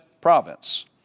province